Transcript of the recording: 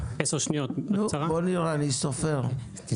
בוא נראה, אני סופר.